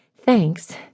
Thanks